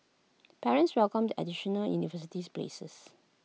parents welcomed the additional university's places